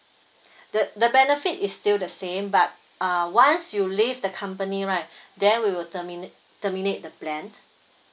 the the benefit is still the same but uh once you leave the company right then we will terminate terminate the plan